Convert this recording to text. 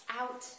out